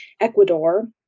Ecuador